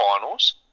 finals